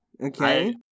Okay